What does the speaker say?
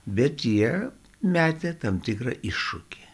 bet jie metė tam tikrą iššūkį